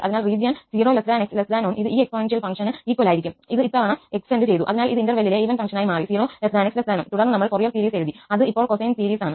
അതിനാൽ റീജിയനിൽ 0 𝑥 1 ഇത് ഈ എക്സ്പോണൻഷ്യൽ ഫംഗ്ഷന് ഈക്വൽ ആയിരിക്കും ഇത് ഇത്തവണ സ്റ്റെൻഡഡ് ചെയ്തു അതിനാൽ ഇത് ഇന്റെർവളിലെ ഈവൻ ഫങ്ക്ഷനായി മാറി 0𝑥 1 തുടർന്ന് നമ്മൾ ഫോറിയർ സീരീസ് എഴുതി അത് ഇപ്പോൾ കൊസൻ സീരീസ് ആണ്